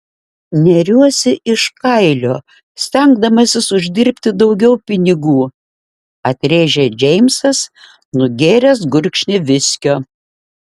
neriuosi iš kailio stengdamasis uždirbti daugiau pinigų atrėžė džeimsas nugėręs gurkšnį viskio